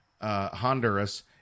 Honduras